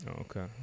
Okay